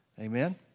Amen